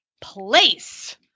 place